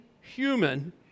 human